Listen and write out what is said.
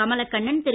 Kamalakannan Thiru